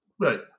right